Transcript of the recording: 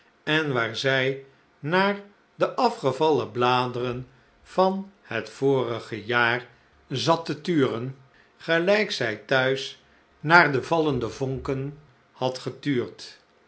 en waar zij naar de afgevallen bladeren van het vorige jaar zat te turen gelijk zij thuis naar de vallende vonken had getuurd